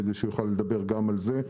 כדי שהוא יוכל לדבר גם על זה.